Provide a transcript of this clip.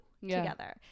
together